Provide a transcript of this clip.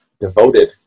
devoted